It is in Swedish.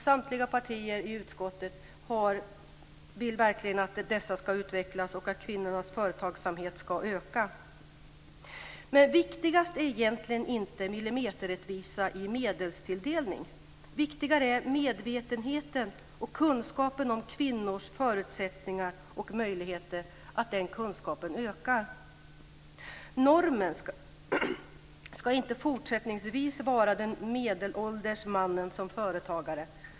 Samtliga partier i utskottet vill verkligen att dessa ska utvecklas och att kvinnornas företagsamhet ska öka. Men viktigast är egentligen inte millimeterrättvisa i medelstilldelning. Viktigare är medvetenheten och att kunskapen om kvinnors förutsättningar och möjligheter ökar. Normen ska fortsättningsvis inte vara den medelålders mannen som företagare.